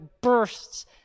bursts